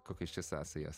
kokios čia sąsajos